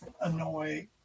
annoy